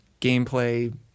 gameplay